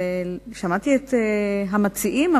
שמעתי את המציעים,